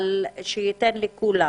אבל שייתן לכולם